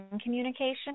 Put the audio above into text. communication